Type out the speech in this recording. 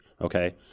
Okay